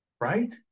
Right